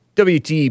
WT